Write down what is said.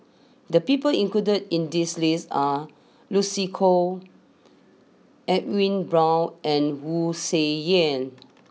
the people included in this list are Lucy Koh Edwin Brown and Wu Tsai Yen